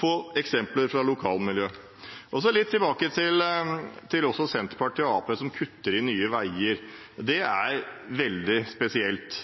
få eksempler fra lokalmiljøet. Litt tilbake til Senterpartiet og Arbeiderpartiet, som kutter i Nye Veier: Det er veldig spesielt,